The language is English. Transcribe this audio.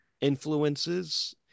influences